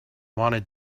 wanted